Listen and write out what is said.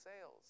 sales